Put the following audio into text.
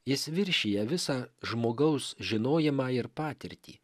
jis viršija visą žmogaus žinojimą ir patirtį